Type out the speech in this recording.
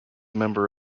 member